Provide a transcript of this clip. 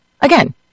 Again